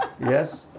Yes